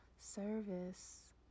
service